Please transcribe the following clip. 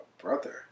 brother